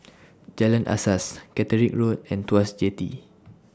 Jalan Asas Catterick Road and Tuas Jetty